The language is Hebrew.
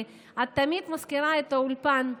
את תמיד מזכירה את האולפן,